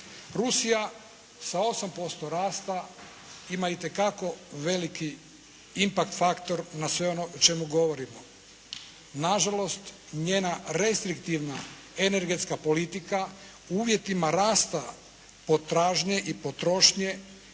Rusija sa 8% rasta, ima itekako veliki impact faktor na sve ono o čemu govorimo. Nažalost, njena restriktivna energetska politika u uvjetima rasta potražnje i potrošnje,